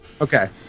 okay